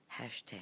hashtag